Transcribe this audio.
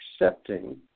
accepting